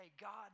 God